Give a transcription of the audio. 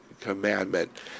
commandment